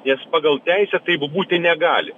nes pagal teisę taip būti negali